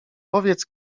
powiedz